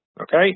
okay